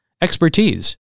expertise